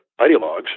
ideologues